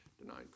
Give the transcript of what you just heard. denied